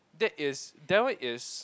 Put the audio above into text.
that is that one is